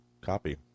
copy